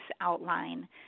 outline